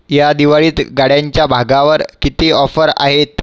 या दिवाळीत गाड्यांच्या भागावर किती ऑफर आहेत